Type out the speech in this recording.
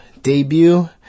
debut